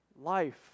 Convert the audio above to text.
Life